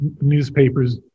newspapers